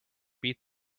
beat